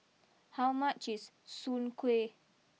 how much is Soon Kuih